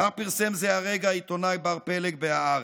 כך פרסם זה הרגע העיתונאי בר פלג בהארץ.